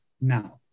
now